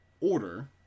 order